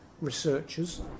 researchers